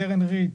קרן ריט,